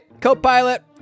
Copilot